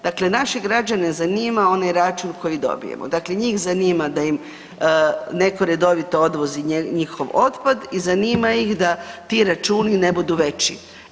Dakle naše građane zanima onaj račun koji dobijemo, dakle njih zanima da im neko redovito odvozi njihov otpad i zanima ih da ti računi ne budu veći.